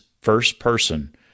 first-person